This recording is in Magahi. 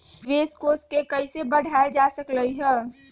निवेश कोष के कइसे बढ़ाएल जा सकलई ह?